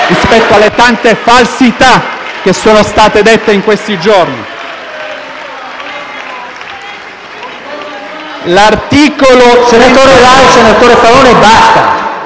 rispetto alle tante falsità che sono state dette in questi giorni.